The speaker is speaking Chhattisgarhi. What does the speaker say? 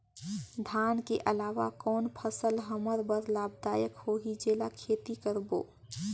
धान के अलावा कौन फसल हमर बर लाभदायक होही जेला खेती करबो?